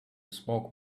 smoke